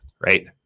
right